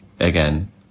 Again